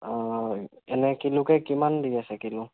অ' এনে কিলো কে কিমান দি আছে কিলো